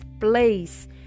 place